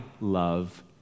love